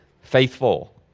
faithful